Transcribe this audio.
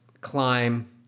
climb